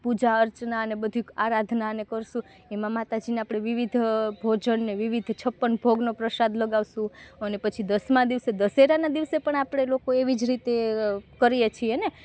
પૂજા અર્ચનાને બધું આરાધનાને કરશું એમાં માતાજીને આપણે વિવિધ ભોજનને વિવિધ છપ્પન ભોગનો પ્રસાદ લગાવશું અને પછી દસમાં દિવસે દશેરાના દિવસે પણ આપણે લોકો એવી જ રીતે કરીએ છીએને